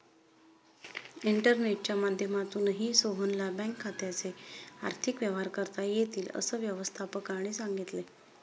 इंटरनेटच्या माध्यमातूनही सोहनला बँक खात्याचे आर्थिक व्यवहार करता येतील, असं व्यवस्थापकाने सांगितले